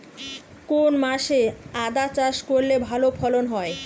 কোন মাসে আদা চাষ করলে ভালো ফলন হয়?